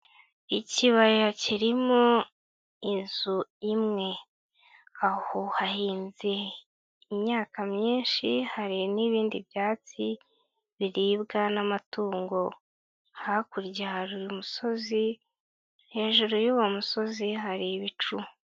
Ikibaya kirimo inzu imwe. Aho hahinze imyaka myinshi hari n'ibindi byatsi biribwa n'amatungo. Hakurya hari umusozi, hejuru y'uwo musozi hari ibicu.